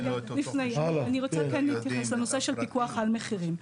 אני רוצה כן להתייחס לנושא של פיקוח על מחירים.